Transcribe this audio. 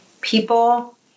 people